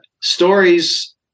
stories